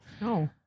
no